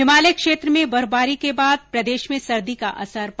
हिमालय क्षेत्र में बर्फबारी के बाद प्रदेश में सर्दी का असर बढ गया है